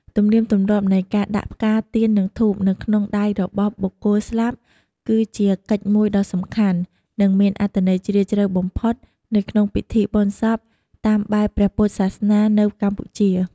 ទំនៀមទម្លាប់នៃការដាក់ ផ្កា ទៀន និងធូប នៅក្នុងដៃរបស់បុគ្គលស្លាប់ គឺជាកិច្ចមួយដ៏សំខាន់ និងមានអត្ថន័យជ្រាលជ្រៅបំផុតនៅក្នុងពិធីបុណ្យសពតាមបែបព្រះពុទ្ធសាសនានៅកម្ពុជា។